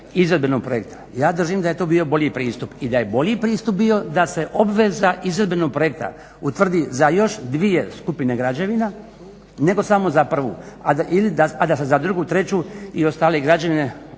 izvedbenog projekta. Ja držim da je to bio bolji pristup. I da je bolji pristup bio da se obveza izvedbenog projekta utvrdi za još dvije skupine građevina nego samo za prvu. A da se za drugu, treću i ostale građevine